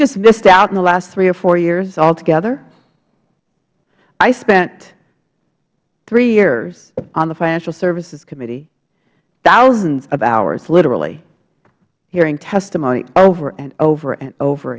just missed out in the last three or four years altogether i spent three years on the financial services committee thousands of hours literally hearing testimony over and over and over